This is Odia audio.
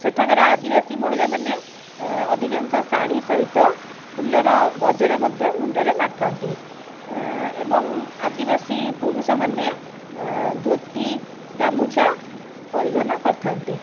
ସେଠାକାର ଆଦିବାସୀ ମହିଳାମାନେ ଅଧିକାଂଶ ଶାଢ଼ୀ ସହିତ ଫୁଲର ଗଜରା ମଧ୍ୟ ମୁଣ୍ଡରେ ମାରିଥାନ୍ତି ଏବଂ ଆଦିବାସୀ ପୁରୁଷମାନେ ଧୋତି ଗାମୁଛା ପରିଧାନ କରିଥାନ୍ତି